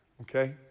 okay